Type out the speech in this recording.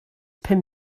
pum